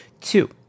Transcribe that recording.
Two